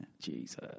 Jesus